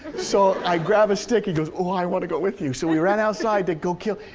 so i grab a stick. he goes, oh, i wanna go with you. so we ran outside to go kill,